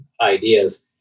ideas